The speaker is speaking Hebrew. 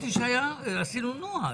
אמרתי שעשינו נוהל.